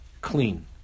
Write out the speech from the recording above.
clean